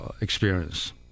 experience